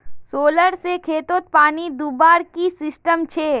Solar से खेतोत पानी दुबार की सिस्टम छे?